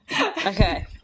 okay